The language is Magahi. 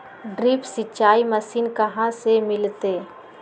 ड्रिप सिंचाई मशीन कहाँ से मिलतै?